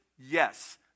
Yes